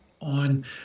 on